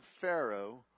Pharaoh